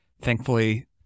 thankfully